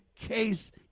case